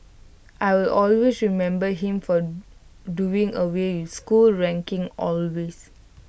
I will always remember him for doing away with school rankings